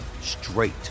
straight